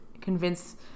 convince